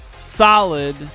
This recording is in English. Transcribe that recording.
solid